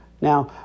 now